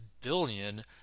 billion